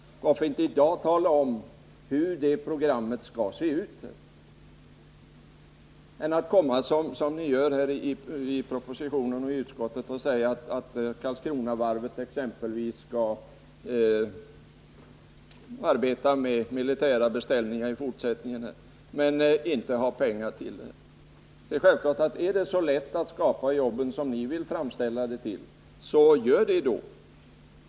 Varför inte i dag tala om hur ett program för detta skall se ut? Det borde ni göra i stället för att i propositionen och utskottsbetänkandet säga att Karlskronavarvet exempelvis skall arbeta med militära beställningar i fortsättningen utan att det finns pengar till det. Om det är så lätt att skapa jobb som ni framställer det — gör det då!